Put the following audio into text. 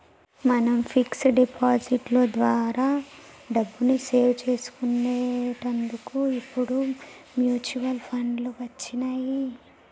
మనం fix deposit లో ద్వారా డబ్బుని సేవ్ చేసుకునేటందుకు ఇప్పుడు మ్యూచువల్ ఫండ్లు వచ్చినియ్యి